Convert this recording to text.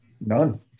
None